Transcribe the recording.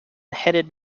headed